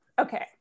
Okay